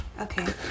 Okay